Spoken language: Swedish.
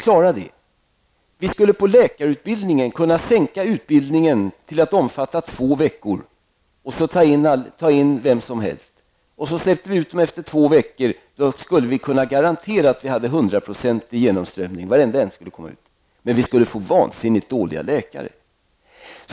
På läkarutbildningen skulle vi kunna sänka utbildningstiden till att omfatta två veckor, och ta in vem som helst; efter två veckor skulle vi släppa ut studenterna. Då skulle vi kunna garantera att vi hade hundraprocentig genomströmning. Varenda en skulle komma ut. Men vi skulle få vansinnigt dåliga läkare.